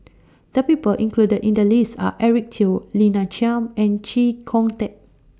The People included in The list Are Eric Teo Lina Chiam and Chee Kong Tet